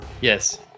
Yes